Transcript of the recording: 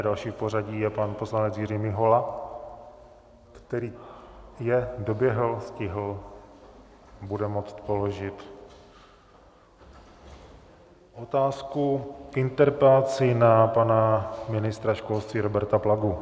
Další v pořadí je pan poslanec Jiří Mihola, který je, doběhl, stihl, bude moct položit otázku k interpelaci na pana ministra školství Roberta Plagu.